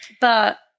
But-